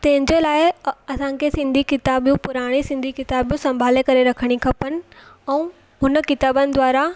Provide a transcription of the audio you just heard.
तंहिंजे लाइ असां खे सिंधी किताबूं पुराणी सिंधी किताबूं संभाले करे रखिणी खपनि ऐं हुन किताबनि द्वारां